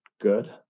good